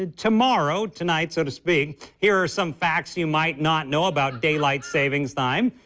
ah tomorrow, tonight so to speak, here are some facts you might not know about daylight saving time.